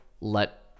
let